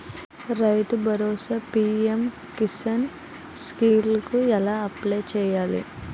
రైతు Bharosa PM Kisan scheme కు ఎలా అప్లయ్ చేయాలి?